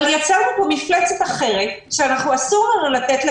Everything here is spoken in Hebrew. אבל יצרנו פה מפלצת אחרת שאסור הרי לתת לה